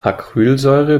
acrylsäure